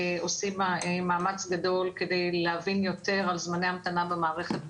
אנחנו עושים מאמץ גדול כדי להבין יותר על זמני ההמתנה במערכת בכלל.